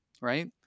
Right